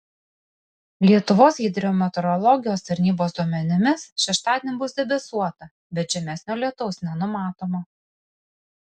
lietuvos hidrometeorologijos tarnybos duomenimis šeštadienį bus debesuota bet žymesnio lietaus nenumatoma